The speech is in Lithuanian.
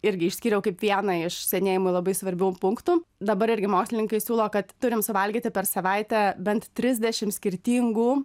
irgi išskyriau kaip vieną iš senėjimui labai svarbių punktų dabar irgi mokslininkai siūlo kad turim suvalgyti per savaitę bent trisdešim skirtingų